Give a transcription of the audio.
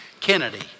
Kennedy